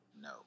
No